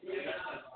अह